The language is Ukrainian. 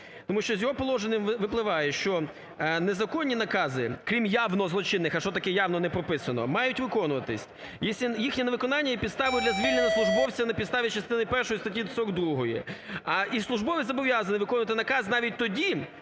Тому що з його положення випливає, що незаконні накази, крім явно злочинних, – а що таке явно, не прописано, – мають виконуватись. Їх невиконання є підставою для звільнення службовця на підставі частини першої статті 42. І службовець зобов'язаний виконувати наказ навіть тоді,